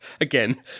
again